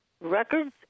records